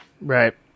Right